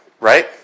right